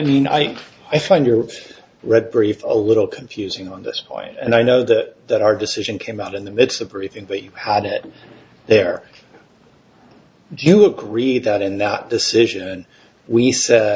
think i find your red brief a little confusing on this point and i know that that our decision came out in the midst of rethink that you had it there do you agree that in that decision we said t